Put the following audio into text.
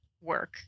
work